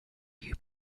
you